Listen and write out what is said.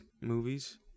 movies